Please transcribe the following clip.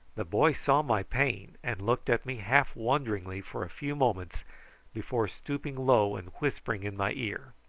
the boy saw my pain, and looked at me half wonderingly for a few moments before stooping low and whispering in my ear.